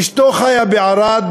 אשתו חיה בערד